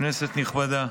כנסת נכבדה,